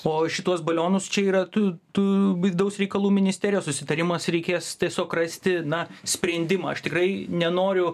o šituos balionus čia yra tų tų vidaus reikalų ministerijos susitarimas reikės tiesiog rasti na sprendimą aš tikrai nenoriu